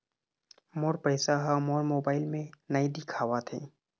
मोर पैसा ह मोर मोबाइल में नाई दिखावथे